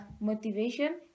motivation